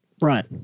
Right